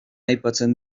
aipatzen